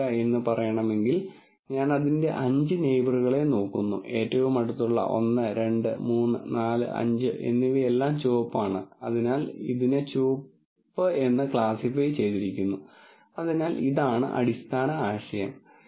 ഒരാൾക്ക് യഥാർത്ഥത്തിൽ അളക്കാനും നിരീക്ഷിക്കാനും കഴിയുന്ന ടൺ കണക്കിന് ആട്രിബ്യൂട്ടുകളുണ്ട് നമ്മൾ പരിഹരിക്കാൻ ശ്രമിക്കുന്ന പ്രോബ്ളത്തിന് ഈ ആട്രിബ്യൂട്ടുകളിൽ എത്രയെണ്ണം യഥാർത്ഥത്തിൽ സംഭാവന ചെയ്യാൻ പോകുന്നുവെന്നോ ഈ ആട്രിബ്യൂട്ടുകളിൽ എത്രയെണ്ണം ശരിക്കും പ്രധാനപ്പെട്ടതാണെന്നോ കാണാൻ നിങ്ങൾ ആഗ്രഹിക്കുന്നു